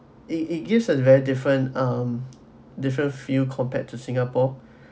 it it gives a very different um different feel compared to singapore